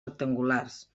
rectangulars